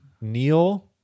Neil